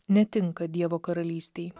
netinka dievo karalystei